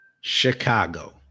chicago